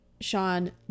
Sean